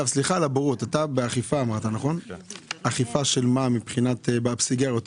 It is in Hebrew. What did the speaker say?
אתה אוכף את העניין של הסיגריות?